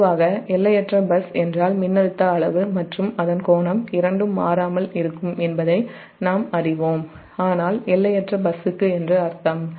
பொதுவாக எல்லையற்ற பஸ் என்றால் மின்னழுத்த அளவு மற்றும் அதன் கோணம் இரண்டும் மாறாமல் இருக்கும் என்பதை நாம் அறிவோம் ஆனால் எல்லையற்ற பஸ் என்று அர்த்தம்